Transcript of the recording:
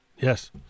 Yes